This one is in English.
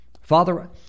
Father